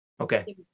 Okay